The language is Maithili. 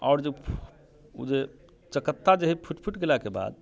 आओर जे ओ जे चक्कता जे है फूटि फूटि गेलाके बाद